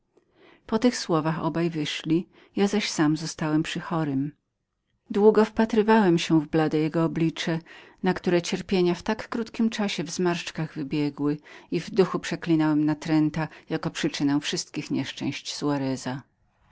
usługi to mówiąc obaj wyszli ja zaś sam zostałem przy chorym długo wpatrywałem się w blade jego oblicze na które cierpienia w tak krótkim czasie w zmarszczkach wybiegły i w duchu przeklinałem natręta jako przyczynę wszystkich nieszczęść